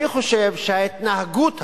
אני חושב שההתנהגות הזאת,